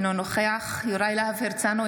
אינו נוכח יוראי להב הרצנו,